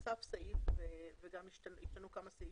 כשנוסף סעיף וגם השתנו כמה סעיפים,